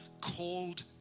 called